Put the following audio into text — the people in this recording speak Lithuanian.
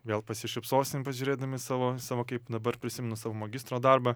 vėl pasišypsosim pažiūrėdami į savo savo kaip dabar prisimenu savo magistro darbą